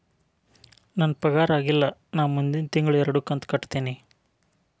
ನನ್ನ ಪಗಾರ ಆಗಿಲ್ಲ ನಾ ಮುಂದಿನ ತಿಂಗಳ ಎರಡು ಕಂತ್ ಕಟ್ಟತೇನಿ